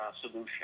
solution